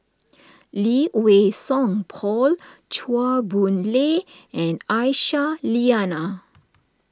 Lee Wei Song Paul Chua Boon Lay and Aisyah Lyana